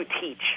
teach